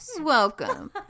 Welcome